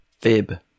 Fib